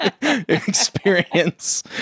Experience